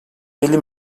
elli